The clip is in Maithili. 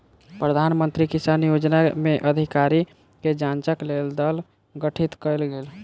प्रधान मंत्री किसान योजना में अधिकारी के जांचक लेल दल गठित कयल गेल